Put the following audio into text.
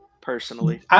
personally